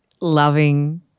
loving